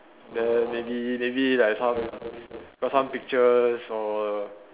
then maybe maybe like some got some pictures or